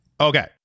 Okay